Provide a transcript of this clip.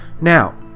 Now